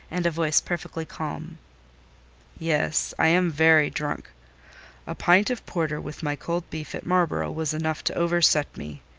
and a voice perfectly calm yes, i am very drunk a pint of porter with my cold beef at marlborough was enough to over-set me.